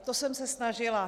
To jsem se snažila.